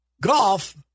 Golf